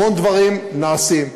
המון דברים נעשים.